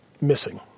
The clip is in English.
missing